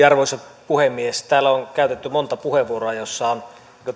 arvoisa puhemies täällä on käytetty monta puheenvuoroa joissa on